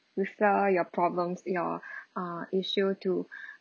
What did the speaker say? with uh your problems your err issue to